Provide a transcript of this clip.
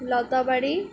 Latabari